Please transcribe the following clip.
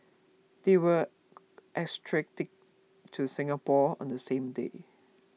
they were extradited to Singapore on the same day